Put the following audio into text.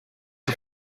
are